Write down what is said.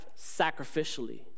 sacrificially